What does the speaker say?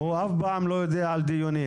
הוא אף פעם לא יודע על דיונים.